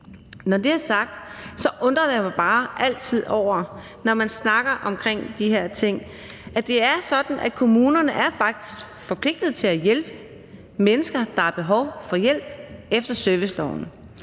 Når det er sagt, undrer jeg mig bare altid over noget, når man snakker om de her ting. Det er faktisk sådan, at kommunerne er forpligtet til at hjælpe mennesker, der har behov for hjælp efter serviceloven,